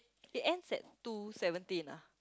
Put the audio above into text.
it ends at two seventeen ah